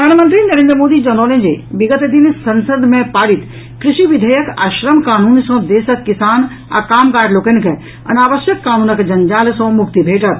प्रधानमंत्री नरेन्द्र मोदी जनौलनि जे विगत दिन संसद मे पारित कृषि विधेयक आ श्रम कानून सँ देशक किसान आ कामगार लोकनि के अनावश्यक कानूनक जंजाल सँ मुक्ति भेटत